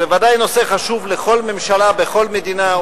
זה בוודאי נושא חשוב לכל ממשלה בכל מדינה,